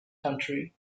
country